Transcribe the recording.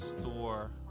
store